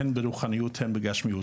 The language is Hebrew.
והן ברוחניות והן בגשמיות.